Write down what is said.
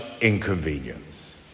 inconvenience